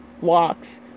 walks